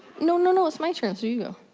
no, no, no it's my turn. so you